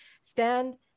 stand